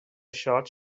shots